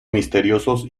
misteriosos